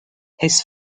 his